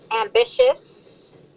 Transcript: ambitious